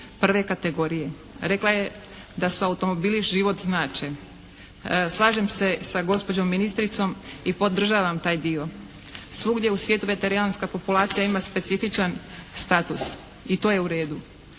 prve kategorije. Rekla je da automobili život znače. Slažem se sa gospođom ministricom i podržavam taj dio. Svugdje u svijetu veterijanska populacija ima specifičan status. I to je uredu.